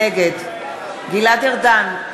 נגד גלעד ארדן,